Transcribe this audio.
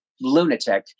lunatic